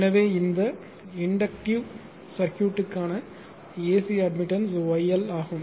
எனவே இந்த இண்டக்ட்டிவ் சர்க்யூட்க்கான AC அட்மிட்டன்ஸ் YL ஆகும்